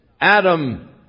Adam